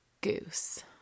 goose